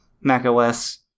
macOS